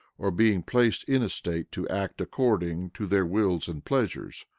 or being placed in a state to act according to their wills and pleasures,